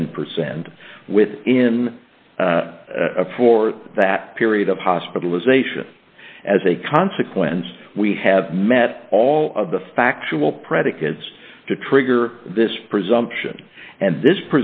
ten percent within for that period of hospitalization as a consequence we have met all of the factual predicates to trigger this presumption and this